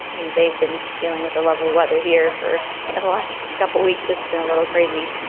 um you know, they've been dealing with the lovely weather here for you know the last couple weeks. it's been a little crazy.